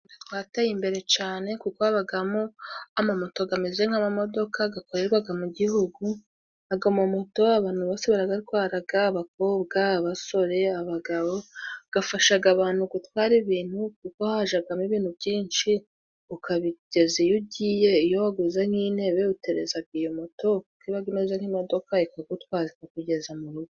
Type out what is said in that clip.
Twateye imbere cane kuko habagamo amamoto gameze nk'amamodoka gakorerwaga mu gihugu, aga mamoto abantu bose baragatwaraga abakobwa abasore abagabo, gafashaga abantu gutwara ibintu kuko hajagamo ibintu byinshi ukabigeza iyo ugiye. Iyo waguze nk'intebe uterezaga iyo moto kuko iba imeze nk'imodoka, ikagutwaza ikakugeza mu rugo.